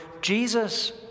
Jesus